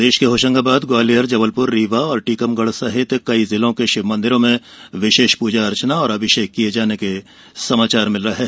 प्रदेश के होशंगाबाद ग्वालियर जबलपुर रीवा और टीकमगढ़ सहित कई जिलों के शिव मंदिरों में विशेष प्रजा अर्चना और अभिषेक किये जाने के समाचार मिल रहे हैं